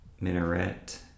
minaret